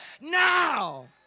now